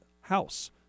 house